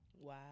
Wow